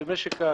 במשק הגפ"מ.